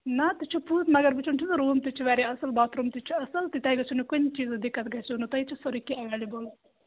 نہَ تہِ چھُ پوٚز مگر وُچھُن چھُناہ روٗم تہِ چھُ واریاہ اَصٕل تہٕ باتھ روٗم تہِ چھُ اَصٕل تہٕ تۄہہِ گَژھوٕ نہَ کُنہِ چیٖزِچ دِکَت گَژھٮ۪وٕ نہٕ تۄہہِ ییٚتہِ چھُ سورُے کیٚنٛہہ اَیٚویلیبُل